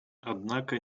однако